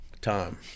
time